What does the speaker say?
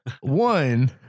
one